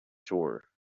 tour